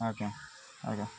ଆଜ୍ଞା ଆଜ୍ଞା